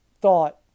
thought